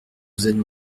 qu’elle